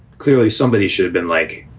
clearly, somebody should've been like,